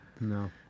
No